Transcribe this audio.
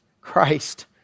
Christ